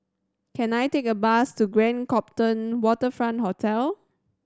can I take a bus to Grand Copthorne Waterfront Hotel